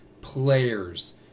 players